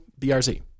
BRZ